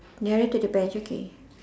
nearer to the batch okay